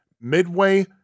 Midway